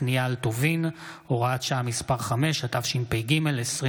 (תיקון, היעדרות בשל אשפוז פג), התשפ"ג 2023,